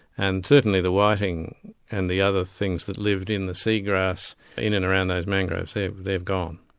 and certainly the whiting and the other things that lived in the seagrass in and around those mangroves, they've they've gone.